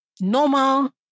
Normal